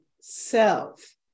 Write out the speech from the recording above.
Self